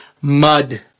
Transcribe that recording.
mud